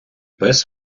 пес